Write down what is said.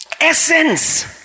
Essence